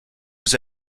was